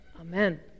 Amen